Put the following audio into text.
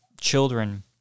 children